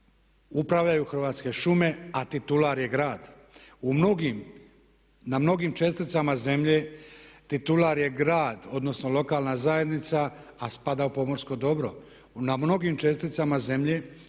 upravljaju Hrvatske šume, a titular je grad. Na mnogim česticama zemlje titular je grad odnosno lokalna zajednica, a spada u pomorsko dobro.